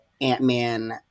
Ant-Man